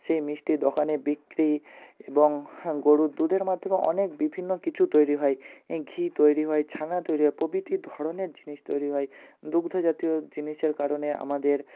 সেই মিষ্টি দোকানে বিক্রি এবং গরুর দুধের মাধ্যমে অনেক বিভিন্ন কিছু তৈরি হয় ঘি তৈরি হয় ছানা তৈরি হয় প্রভৃতি ধরনের জিনিস তৈরি হয় দুগ্ধজাতীয় জিনিসের কারণে আমাদের